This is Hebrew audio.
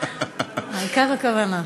העיקר הכוונה.